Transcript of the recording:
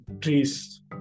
trees